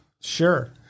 Sure